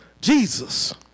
Jesus